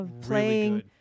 playing